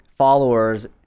followers